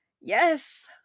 Yes